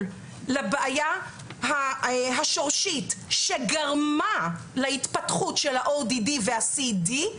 לבעיה השורשית שגרמה להתפתחות של ה-ODD וה-CD,